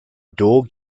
dual